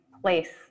place